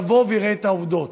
יבוא ויראה את העובדות.